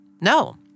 No